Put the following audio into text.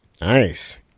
Nice